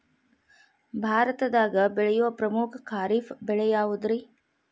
ಭಾರತದಾಗ ಬೆಳೆಯೋ ಪ್ರಮುಖ ಖಾರಿಫ್ ಬೆಳೆ ಯಾವುದ್ರೇ?